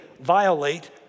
violate